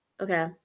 okay